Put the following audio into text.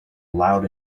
loud